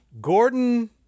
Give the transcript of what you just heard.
Gordon